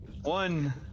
One